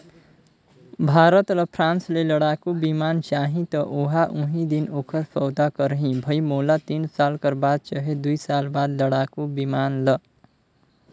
भारत ल फ्रांस ले लड़ाकु बिमान चाहीं त ओहा उहीं दिन ओखर सौदा करहीं भई मोला तीन साल कर बाद चहे दुई साल बाद लड़ाकू बिमान ल